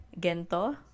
Gento